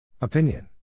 Opinion